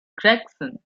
gregson